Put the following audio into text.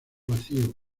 vacío